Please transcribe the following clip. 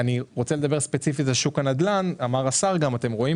אתם רואים